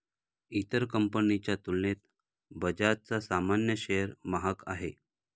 इतर कंपनीच्या तुलनेत बजाजचा सामान्य शेअर महाग आहे